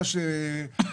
צוערים,